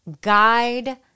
guide